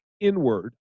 inward